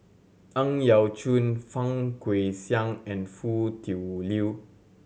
Ang Yau Choon Fang Guixiang and Foo Tui Liew